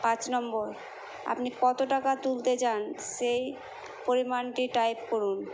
পাঁচ নম্বর আপনি কত টাকা তুলতে চান সেই পরিমাণটি টাইপ করুন